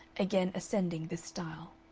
again ascending this stile.